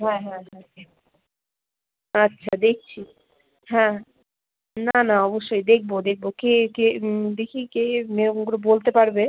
হ্যাঁ হ্যাঁ হ্যাঁ আচ্ছা দেখছি হ্যাঁ না না অবশ্যই দেখবো দেখবো কে কে দেখি কে এরকম করে বলতে পারবে